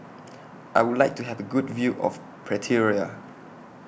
I Would like to Have A Good View of Pretoria